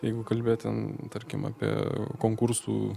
jeigu kalbėt ten tarkim apie konkursų